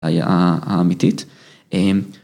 ה... האמיתית, אממ...